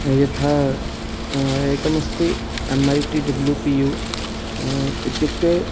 यथा एकमस्ति M A T W P U इत्युक्ते